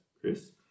Chris